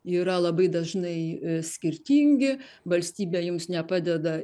yra labai dažnai skirtingi valstybė jums nepadeda